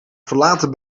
verlaten